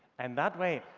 and that way,